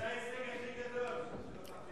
זה ההישג הכי גדול, שלא מחליטים.